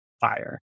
fire